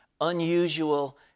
unusual